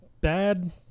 bad